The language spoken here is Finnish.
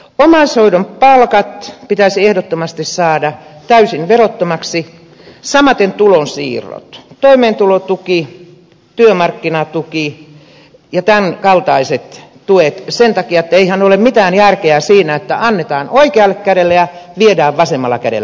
omaishoidon palkat pitäisi ehdottomasti saada täysin verottomiksi samaten tulonsiirrot toimeentulotuki työmarkkinatuki ja tämän kaltaiset tuet sen takia että eihän ole mitään järkeä siinä että annetaan oikealla kädellä ja viedään vasemmalla kädellä pois